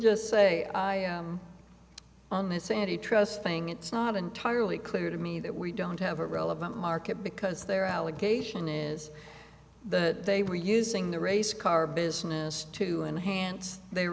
just say i am on this sandy trust thing it's not entirely clear to me that we don't have a relevant market because they're allegation is that they were using the race car business to enhance their